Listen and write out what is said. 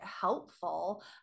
helpful